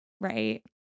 right